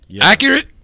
Accurate